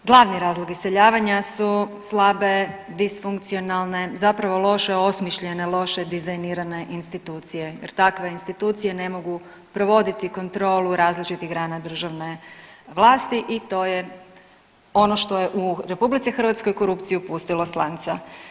Glavni razlog iseljavanja su slabe disfunkcionalne, zapravo loše osmišljene loše dizajnirane institucije jer takve institucije ne mogu provoditi kontrolu različitih grana državne vlasti i to je ono što je u RH korupciju pustilo s lanca.